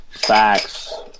Facts